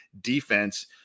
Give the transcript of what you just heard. defense